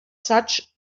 such